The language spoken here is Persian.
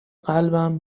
قلبم